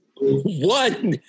One